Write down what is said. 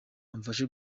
amfashe